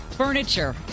Furniture